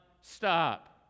stop